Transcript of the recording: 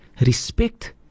respect